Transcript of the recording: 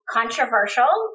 Controversial